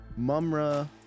Mumra